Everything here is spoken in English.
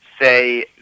say